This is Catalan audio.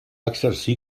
exercir